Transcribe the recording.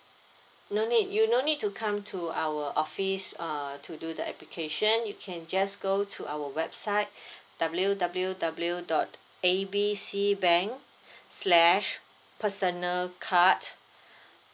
no need you no need to come to our office uh to do the application you can just go to our website W_W_W dot A B C bank slash personal card